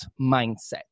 mindset